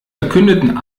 verkündeten